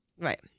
Right